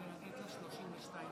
חבריי חברי הכנסת,